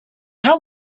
how